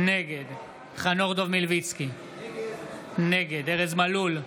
נגד חנוך דב מלביצקי, נגד ארז מלול,